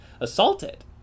assaulted